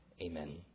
Amen